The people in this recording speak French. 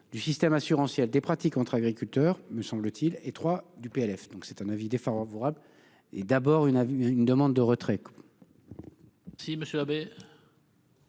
du système assurantiel des pratiques entre agriculteurs, me semble-t-il étroit du PLF, donc c'est un avis défavorable. Et d'abord une une demande de retrait